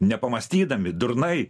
nepamąstydami durnai